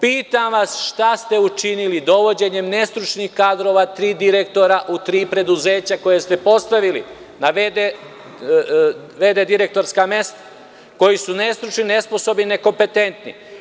Pitam vas – šta ste učinili dovođenjem nestručnih kadrova, tri direktora u tri preduzeća koja ste postavili na v.d. direktorska mesta, koji su nestručni, nesposobni, nekompetentni?